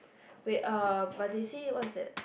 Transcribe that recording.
wait uh but they say what's that